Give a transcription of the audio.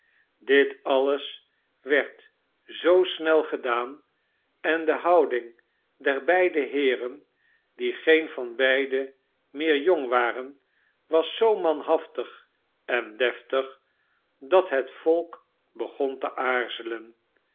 dit alles werd zoo snel gedaan en de houding der beide heeren die geen van beiden meer jong waren was zoo manhaftig en deftig dat het volk begon te aarzelen